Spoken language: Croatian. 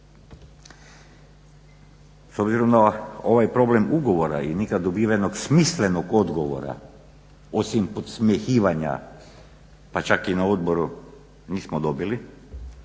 S obzirom da ovaj problem ugovora i nikad dobivenog smislenog odgovora osim podsmjehivanja, pa čak i na odboru mi smo dobili